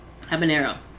habanero